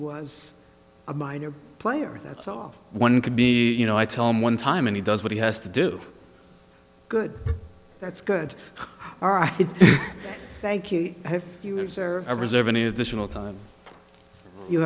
was a minor player that's all one could be you know i tell me one time and he does what he has to do good that's good all right thank you i have a reserve any additional time you